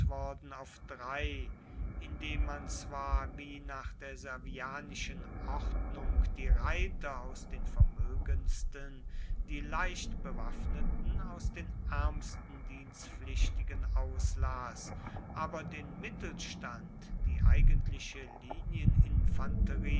auf drei indem man zwar wie nach der servianischen ordnung die reiter aus den vermögendsten die leichtbewaffneten aus den ärmsten dienstpflichtigen auslas aber den mittelstand die eigentliche